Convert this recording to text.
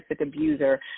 abuser